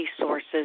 resources